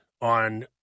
on